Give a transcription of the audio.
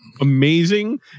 amazing